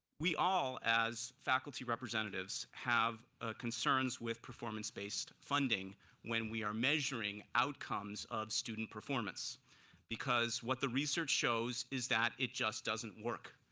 we all as faculty representatives have concerns with performance based funding when we are measuring outcomes of student performance because what the research shows is that it just doesn't work.